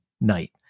night